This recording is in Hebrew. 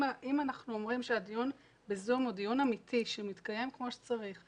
אם אנחנו אומרים שהדיון ב"זום" הוא דיון אמיתי שמתקיים כמו שצריך,